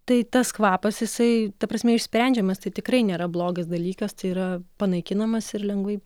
tai tas kvapas jisai ta prasme išsprendžiamas tai tikrai nėra blogas dalykas tai yra panaikinamas ir lengvai